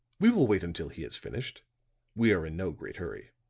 we will wait until he has finished we are in no great hurry.